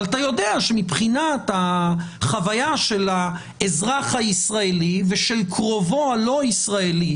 אבל אתה יודע שמבחינת החוויה של האזרח הישראלי ושל קרובו הלא ישראלי,